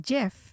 Jeff